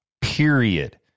period